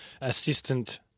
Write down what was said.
assistant